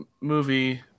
movie